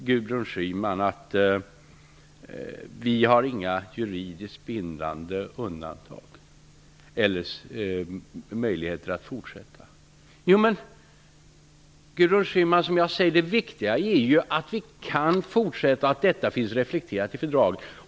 Gudrun Schyman säger att vi inte har några juridiskt bindande undantag eller möjligheter att fortsätta. Jo, men det viktiga är ju att vi kan fortsätta och att detta reflekteras i fördraget.